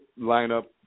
lineup